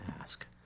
ask